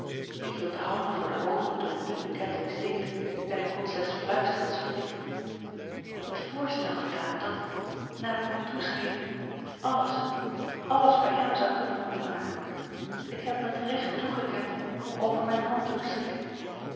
ik hield de handen voor de oogen toen ik die bekentenis deed en ik kon slechts fluisterend spreken het voorstel gedaan dat naar het mij toescheen alles alles a l g bosboom-toussaint langs een omweg bij hem zou kunnen goedmaken ik heb hem het recht toegekend om over mijne hand te beschikken